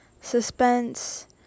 suspense